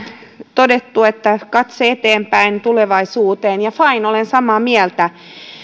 todettu että katse eteenpäin tulevaisuuteen ja fine olen samaa mieltä